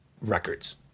records